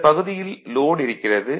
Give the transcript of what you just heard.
இந்தப் பகுதியில் லோட் இருக்கிறது